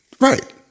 right